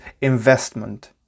investment